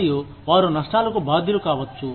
మరియు వారు నష్టాలకు బాధ్యులు కావచ్చు